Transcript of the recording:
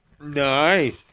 Nice